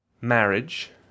Marriage